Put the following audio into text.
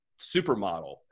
supermodel